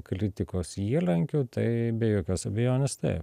kritikos įliankiu tai be jokios abejonės taip